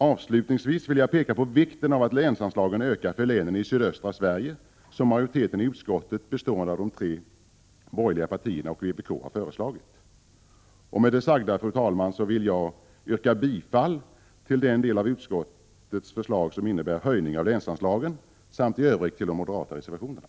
Avslutningsvis vill jag peka på vikten av att länsanslagen ökar för länen i sydöstra Sverige, vilket majoriteten i utskottet, bestående av de tre borgerliga partierna och vpk, har föreslagit. Med det sagda, fru talman, yrkar jag bifall till den del av utskottets förslag som innebär höjning av länsanslagen samt i övrigt till de moderata reservationerna.